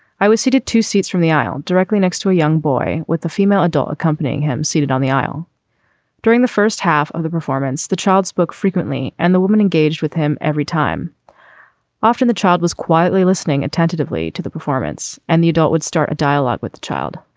i was seated two seats from the aisle directly next to a young boy with the female adult accompanying him seated on the aisle during the first half of the performance. the child spoke frequently and the woman engaged with him every time after the child was quietly listening attentively to the performance and the adult would start a dialogue with the child.